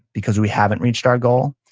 because we haven't reached our goal,